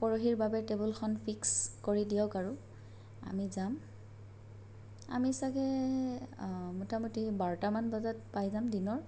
পৰহিৰ বাবে টেবুলখন ফিক্স কৰি দিয়ক আৰু আমি যাম আমি চাগৈ মোটামোটি বাৰটামান বজাত পাই যাম দিনৰ